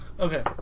Okay